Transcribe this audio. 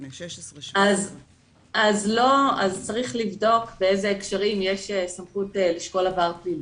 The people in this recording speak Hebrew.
בני 17-16. אז צריך לבדוק באיזה הקשרים יש סמכות לשקול עבר פלילי.